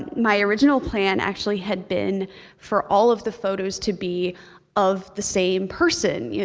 my original plan actually had been for all of the photos to be of the same person, yeah